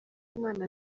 umwana